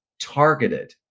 targeted